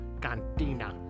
Cantina